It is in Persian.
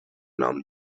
نام